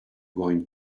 going